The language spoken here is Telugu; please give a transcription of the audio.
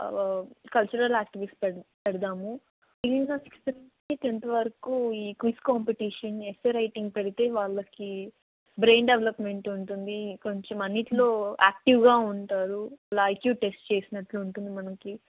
కల్చరల్ యాక్టివిటీస్ పెడదాము ఈ సిక్స్త్ నుంచి టెన్త్ వరకు ఈ క్విజ్ కాంపిటీషన్ ఎస్సే రైటింగ్ పెడితే వాళ్ళకి బ్రెయిన్ డెవలప్మెంట్ ఉంటుంది కొంచెం అన్నిట్లో యాక్టీవ్గా ఉంటారు ఐక్యూ టెస్ట్ చేసినట్లు ఉంటుంది మనకి